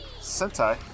Sentai